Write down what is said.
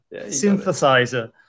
synthesizer